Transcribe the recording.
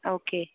okay